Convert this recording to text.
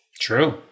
True